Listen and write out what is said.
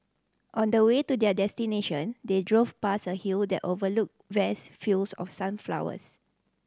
on the way to their destination they drove past a hill that overlooked vast fields of sunflowers